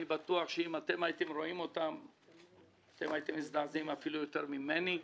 אני בטוח שאם הייתם רואים אותם הייתם מזדעזעים אפילו יותר ממני.